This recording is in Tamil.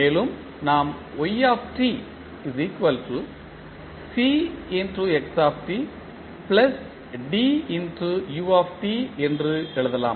மேலும் நாம் என்று எழுதலாம்